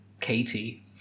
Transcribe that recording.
Katie